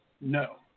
no